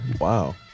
Wow